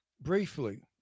briefly